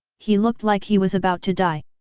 he looked like he was about to die.